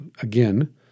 again